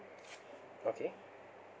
okay